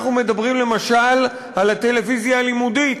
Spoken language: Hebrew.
אנחנו מדברים, למשל, על הטלוויזיה הלימודית,